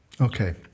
Okay